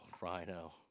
Rhino